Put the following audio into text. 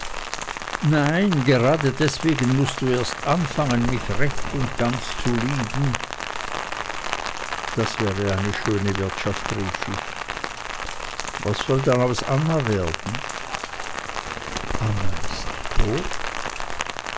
nein gerade deswegen mußt du erst anfangen mich recht und ganz zu lieben das wäre eine schöne wirtschaft rief ich was soll dann aus anna werden anna ist tot